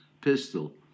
pistol